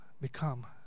become